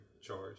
charge